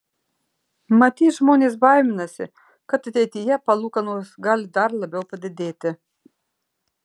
matyt žmonės baiminasi kad ateityje palūkanos gali dar labiau padidėti